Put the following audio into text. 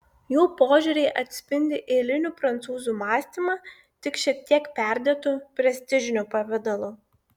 jų požiūriai atspindi eilinių prancūzų mąstymą tik šiek tiek perdėtu prestižiniu pavidalu